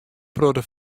protte